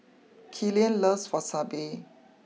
Killian loves Wasabi